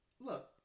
look